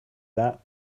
that